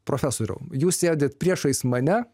profesoriau jūs sėdit priešais mane